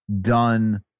done